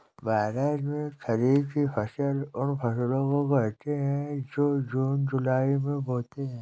भारत में खरीफ की फसल उन फसलों को कहते है जो जून जुलाई में बोते है